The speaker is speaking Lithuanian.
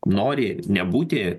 nori nebūti